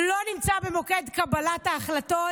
לא נמצא במוקד קבלת ההחלטות,